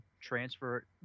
transfer